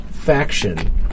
faction